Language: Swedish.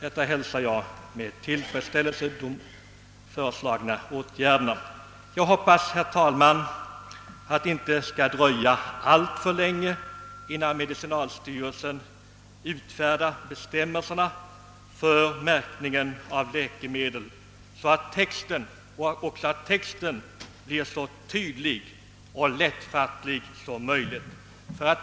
Jag hälsar med tillfredsställelse dessa åtgärder. Jag hoppas, herr talman, att det inte skall dröja alltför länge innan medicinalstyrelsen utfärdar bestämmelserna för märkning av läkemedel, så att texten blir så tydlig och lättfattlig som möjligt.